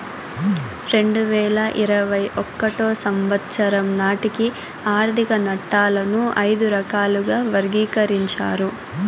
రెండు వేల ఇరవై ఒకటో సంవచ్చరం నాటికి ఆర్థిక నట్టాలను ఐదు రకాలుగా వర్గీకరించారు